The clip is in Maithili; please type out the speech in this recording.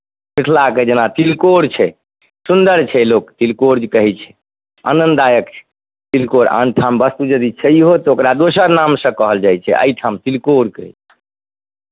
मिथिलाके जेना तिलकोर छै सुन्दर छै लोक तिलकोर जे कहै छै आनन्ददायक छै तिलकोर आन ठाम वस्तु यदि छैहो तऽ ओकरा दोसर नामसँ कहल जाइ छै एहिठाम तिलकोर कहै